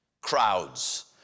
Crowds